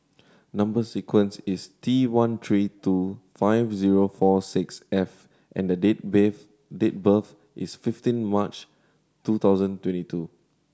number sequence is T one three two five zero four six F and the date date birth is fifteen March two thousand and twenty two